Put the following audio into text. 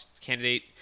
candidate